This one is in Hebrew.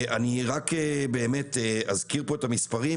רק אזכיר פה את המספרים,